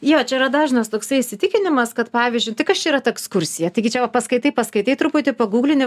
jo čia yra dažnas toksai įsitikinimas kad pavyzdžiui tai kas čia yra ta ekskursija taigi čia va paskaitai paskaitai truputį paguglini